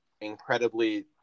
incredibly